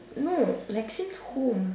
no like since home